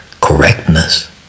correctness